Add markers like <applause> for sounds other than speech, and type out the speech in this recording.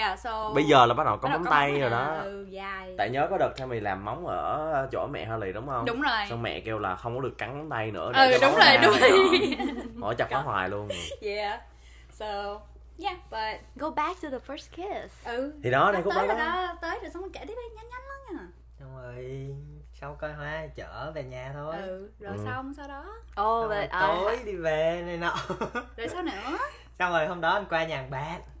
Yeah, so- Bây giờ là bắt đầu có bắt đầu móng có móng tay rồi nè, đó. ừ, dài. Tại nhớ có đợt Tammy làm móng ở chỗ mẹ Harley đúng không? Đúng rồi. Xong mẹ kêu là không có được cắn móng tay nữa để Ừ, cho đúng máu rồi, ra đúng này nọ. rồi. <laughs> Ủa, chặt phá hoài luôn. Yeah. So, yeah, but- Go back to the first kiss. Ừ, Thì đó, đừng khúc tới đó rồi đó. đó, tới rồi xong rồi kể tiếp đi, nhanh nhanh lắm nha. Xong rồi, sau coi hoa, chở về nhà thôi. Ừ, rồi Ừ. xong, sau đó. Xong Oh, rồi but I- tối đi về này nọ. Rồi sao nữa? <laughs> Xong rồi hôm đó anh qua nhà bạn.